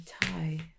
tie